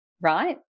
right